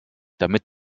damit